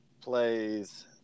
plays